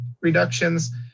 reductions